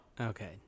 Okay